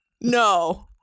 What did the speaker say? No